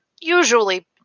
usually